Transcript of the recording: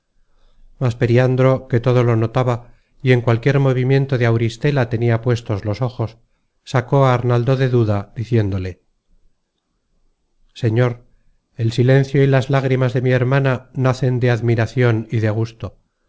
mas periandro que todo lo notaba y en cualquier movimiento de auristela tenia puestos los ojos sacó á arnaldo de duda diciéndole señor el silencio y las lágrimas de mi hermana nacen de admiracion y de gusto